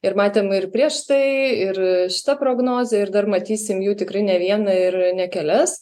ir matėm ir prieš tai ir šita prognozė ir dar matysim jų tikrai ne vieną ir ne kelias